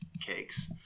cakes